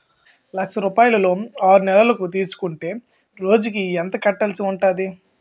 లక్ష రూపాయలు లోన్ ఆరునెలల కు తీసుకుంటే రోజుకి ఎంత కట్టాల్సి ఉంటాది?